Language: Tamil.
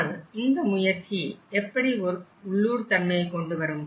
ஆனால் இந்த முயற்சி எப்படி ஒரு உள்ளூர் தன்மையை கொண்டுவரும்